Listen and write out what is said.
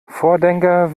vordenker